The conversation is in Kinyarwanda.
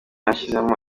yashyizemo